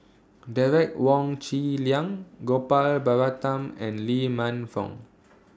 Derek Wong Zi Liang Gopal Baratham and Lee Man Fong